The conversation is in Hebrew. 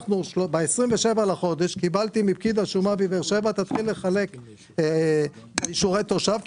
ב-27 לחודש קיבלתי הודעה מפקיד השומה בבאר שבע: תתחיל לחלק אישורי תושב,